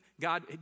God